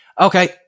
Okay